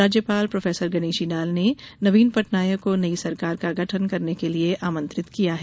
राज्यपाल प्रोफेसर गणेशी लाल ने नवीन पटनायक को नई सरकार का गठन करने के लिये आमंत्रित किया है